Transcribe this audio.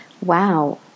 wow